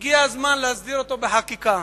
והגיע הזמן להסדיר אותו בחקיקה.